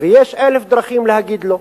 ויש אלף דרכים להגיד "לא".